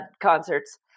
concerts